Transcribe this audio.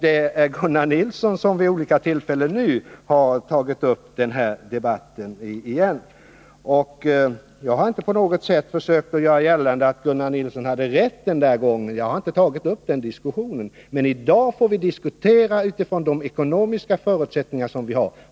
Det är Gunnar Nilsson som vid olika tillfällen nu har tagit upp den debatten igen. Jag har inte på något sätt försökt göra gällande att Gunnar Nilsson hade rätt den där gången — jag har inte tagit upp den diskussionen. Men i dag måste vi diskutera utifrån de ekonomiska förutsättningar som vi nu har.